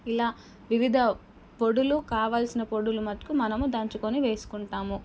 ఇలా వివిధ పొడులు కావలసిన పొడులు మట్టుకు మనం దంచుకొని వేసుకుంటాము